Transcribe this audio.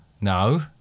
No